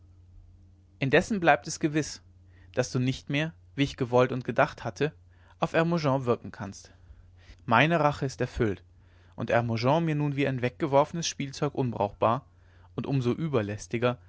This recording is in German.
indessen bleibt es gewiß daß du nicht mehr wie ich gewollt und gedacht hatte auf hermogen wirken kannst meine rache ist erfüllt und hermogen mir nun wie ein weggeworfenes spielzeug unbrauchbar und um so